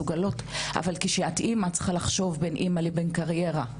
אבל כשאת אמא את צריכה לחשוב בין אמא לבין קריירה.